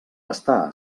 està